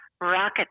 rocket